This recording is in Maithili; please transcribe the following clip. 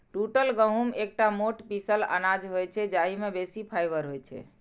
टूटल गहूम एकटा मोट पीसल अनाज होइ छै, जाहि मे बेसी फाइबर होइ छै